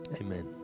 Amen